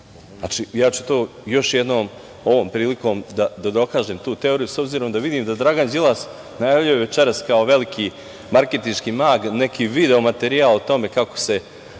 izborima. Ja ću to još jednom, ovom prilikom, da dokažem tu teoriju, s obzirom da vidim da Dragan Đilas najavljuje večeras veliki marketinški mag, neki video materijal, kako se